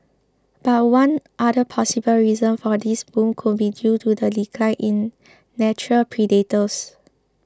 but one other possible reason for this boom could be due to the decline in natural predators